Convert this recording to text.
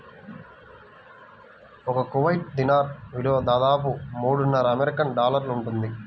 ఒక Kuwait dinar విలువ దాదాపు మూడున్నర అమెరికన్ డాలర్లు ఉంటుంది